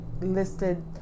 listed